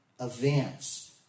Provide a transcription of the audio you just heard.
events